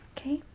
Okay